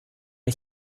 ich